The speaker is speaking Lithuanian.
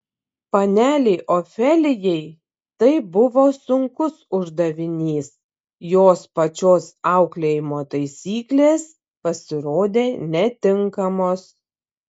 panelei ofelijai tai buvo sunkus uždavinys jos pačios auklėjimo taisyklės pasirodė netinkamos